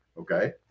okay